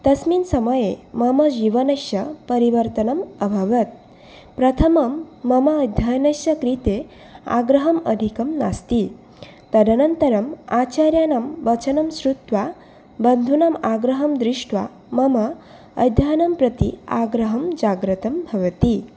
तस्मिन् समये मम जीवनस्य परिवर्तनम् अभवत् प्रथमं मम अध्ययनस्य कृते आग्रहम् अधिकं नास्ति तदनन्तरम् आचार्याणां वचनं श्रुत्वा बन्धूनाम् आग्रहम् दृष्ट्वा मम अध्ययनं प्रति आग्रहं जातं भवति